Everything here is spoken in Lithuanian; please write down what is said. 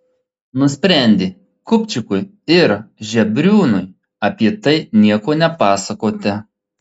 nusprendė kupčikui ir žebriūnui apie tai nieko nepasakoti